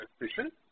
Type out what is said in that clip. efficient